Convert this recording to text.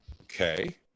Okay